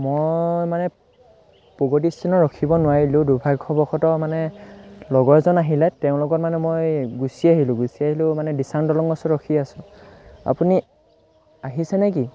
মই মানে প্ৰগতিষ্টেণ্ডত ৰখিব নোৱাৰিলোঁ দুৰ্ভাগ্যবশতঃ মানে লগৰজন আহিলে তেওঁৰ লগত মানে মই গুচি আহিলোঁ গুচি আহিলোঁ মানে দিচাং দলঙৰ ওচৰত ৰখি আছোঁ আপুনি আহিছে নেকি